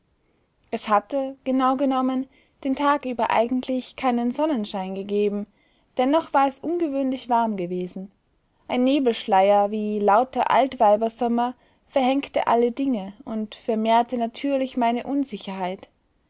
es hatte genau genommen den tag über eigentlich keinen sonnenschein gegeben dennoch war es ungewöhnlich warm gewesen ein nebelschleier wie lauter altweibersommer verhängte alle dinge und vermehrte natürlich meine unsicherheit